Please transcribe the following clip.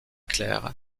claires